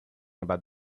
about